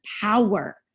power